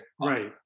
Right